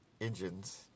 engines